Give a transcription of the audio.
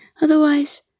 Otherwise